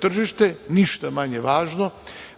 tržište, ništa manje važno,